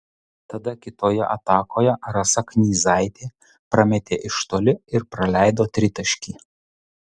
tada kitoje atakoje rasa knyzaitė prametė iš toli ir praleido tritaškį